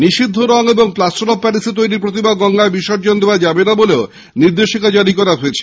নিষিদ্ধ রং ও প্লাস্টার অব প্যারিসে তৈরী প্রতিমা গঙ্গায় বিসর্জন দেওয়া যাবে না বলেও নির্দেশিকা জারি করা হয়েছে